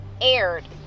aired